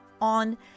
on